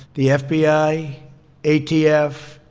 the fbi, atf,